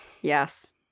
yes